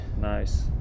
Nice